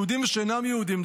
יהודים ושאינם יהודים,